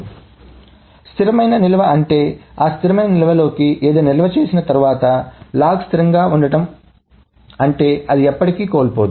కాబట్టి స్థిరమైన నిల్వ అంటే ఆ స్థిరమైన నిల్వలోకి ఏదైనా నిల్వ చేసిన తర్వాత లాగ్ స్థిరంగా ఉండటం వలన అంటే అది ఎప్పటికీ కోల్పోలేదు